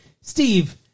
steve